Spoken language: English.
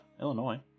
Illinois